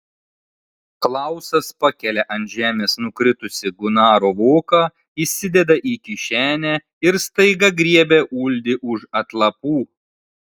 klausas pakelia ant žemės nukritusį gunaro voką įsideda į kišenę ir staiga griebia uldį už atlapų